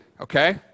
Okay